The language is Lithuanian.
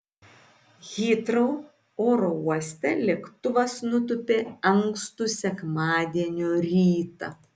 hitrou oro uoste lėktuvas nutūpė ankstų sekmadienio rytą